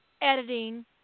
editing